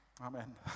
Amen